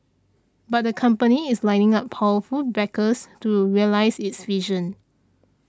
but the company is lining up powerful backers to realise its vision